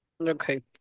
Okay